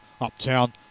Uptown